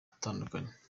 atandukanye